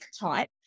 type